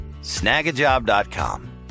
Snagajob.com